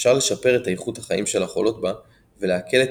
אפשר לשפר את איכות החיים של החולות בה ולהקל את